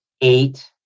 eight